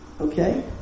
okay